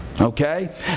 Okay